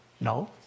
no